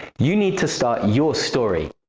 you need to start your story.